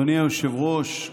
אדוני היושב-ראש,